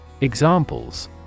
Examples